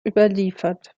überliefert